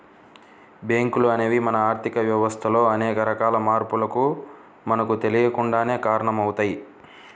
బ్యేంకులు అనేవి మన ఆర్ధిక వ్యవస్థలో అనేక రకాల మార్పులకు మనకు తెలియకుండానే కారణమవుతయ్